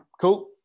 Cool